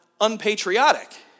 unpatriotic